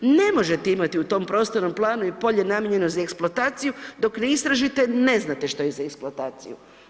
Ne možete imati u tom prostornom planu i polje namijenjeno za eksploataciju dok ne istražite, ne znate što je za eksploataciju.